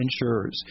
insurers